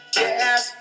yes